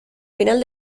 final